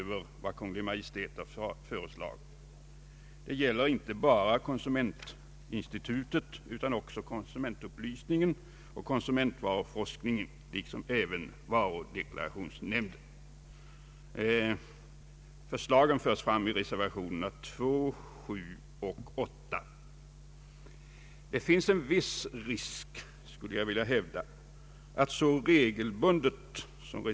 Vid punkt 9 i föreliggande utlåtande har de moderata ledamöterna avlämnat ett särskilt yttrande.